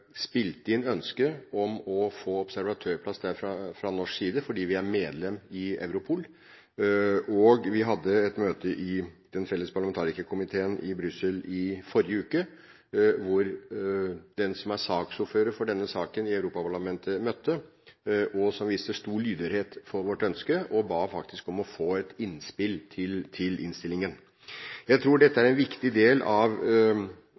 inn et ønske om å få observatørplass fordi vi er medlem i Europol. Vi hadde et møte i Den felles EØS-parlamentarikerkomiteen i Brussel i forrige uke, hvor saksordføreren i denne saken i Europaparlamentet viste stor lydhørhet for vårt ønske. Man ba faktisk om å få innspill til innstillingen. Jeg tror dette er en viktig del av